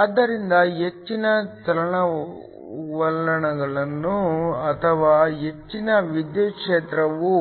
ಆದ್ದರಿಂದ ಹೆಚ್ಚಿನ ಚಲನವಲನಗಳು ಅಥವಾ ಹೆಚ್ಚಿನ ವಿದ್ಯುತ್ ಕ್ಷೇತ್ರವು